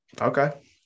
Okay